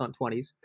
20s